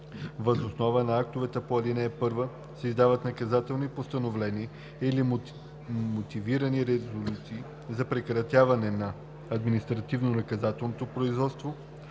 от него длъжностно лице издава наказателни постановления или мотивирани резолюции за прекратяване на административнонаказателното производство